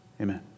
Amen